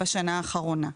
בשנה האחרונה.